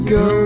go